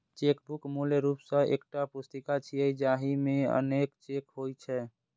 chequebook मूल रूप सं एकटा पुस्तिका छियै, जाहि मे अनेक चेक होइ छै